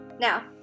Now